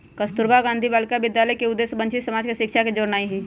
कस्तूरबा गांधी बालिका विद्यालय के उद्देश्य वंचित समाज के शिक्षा से जोड़नाइ हइ